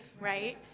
right